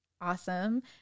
awesome